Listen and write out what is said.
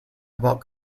about